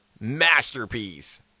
Masterpiece